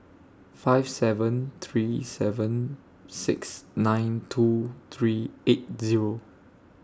five seven three seven six nine two three eight Zero